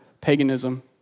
paganism